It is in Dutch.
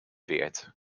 weerd